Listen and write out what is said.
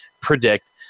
predict